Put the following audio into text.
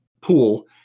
pool